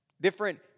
different